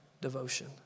devotion